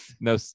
no